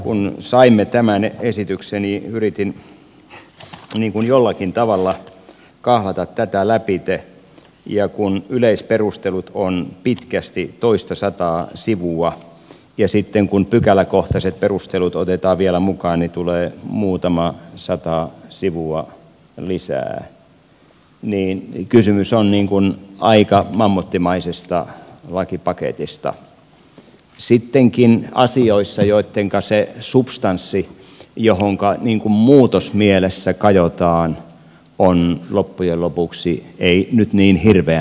kun saimme tämän esityksen niin yritin jollakin tavalla kahlata tätä läpi ja kun yleisperustelut ovat pitkästi toistasataa sivua ja sitten kun pykäläkohtaiset perustelut otetaan vielä mukaan tulee muutama sataa sivua lisää niin kysymys on aika mammuttimaisesta lakipaketista sittenkin asioissa joittenka se substanssi johonka muutosmielessä kajotaan on loppujen lopuksi ei nyt niin hirveän suuri